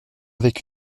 avec